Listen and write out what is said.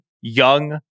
young